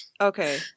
Okay